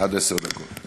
עד עשר דקות.